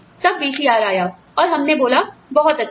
जब वीसीआर आया और हमने बोला बहुत अच्छे